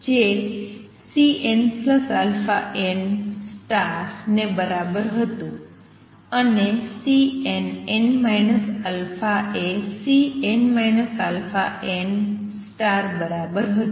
જે Cnαn ને બરાબર હતું અને Cnn α એ Cn αn બરાબર છે